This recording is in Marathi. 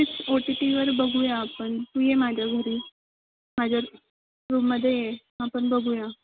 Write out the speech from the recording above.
तेच ओ टी टीवर बघूया आपण तू ये माझ्या घरी माझ्या रूममध्ये ये आपण बघूया